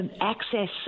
access